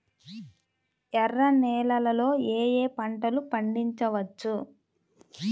ఎర్ర నేలలలో ఏయే పంటలు పండించవచ్చు?